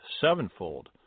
sevenfold